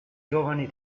giovani